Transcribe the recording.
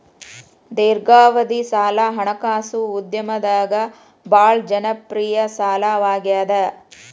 ದೇರ್ಘಾವಧಿ ಸಾಲ ಹಣಕಾಸು ಉದ್ಯಮದಾಗ ಭಾಳ್ ಜನಪ್ರಿಯ ಸಾಲವಾಗ್ಯಾದ